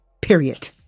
Period